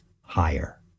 higher